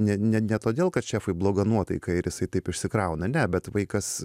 ne ne ne todėl kad šefui bloga nuotaika ir jisai taip išsikrauna ne bet vaikas